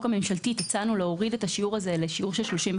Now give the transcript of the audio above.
הממשלתית הצענו להוריד את השיעור הזה ל-35%,